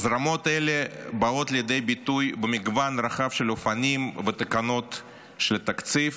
הזרמות אלו באות לידי ביטוי במגוון רחב של אופנים בתקנות של תקציב: